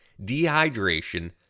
dehydration